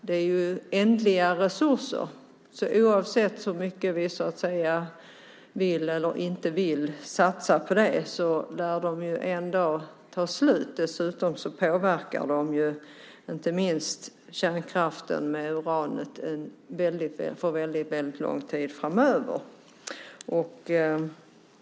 Det är ändliga resurser. Oavsett hur mycket vi vill eller inte vill satsa på det lär de en dag ta slut. Dessutom påverkar de oss för lång tid framöver, inte minst kärnkraften med uranet.